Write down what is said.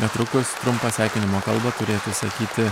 netrukus trumpą sveikinimo kalbą turėtų sakyti